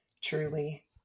Truly